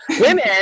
Women